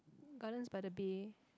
Gardens-by-the-Bay